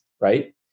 right